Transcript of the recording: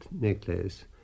necklace